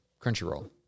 Crunchyroll